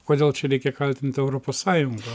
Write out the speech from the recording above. kodėl čia reikia kaltinti europos sąjunga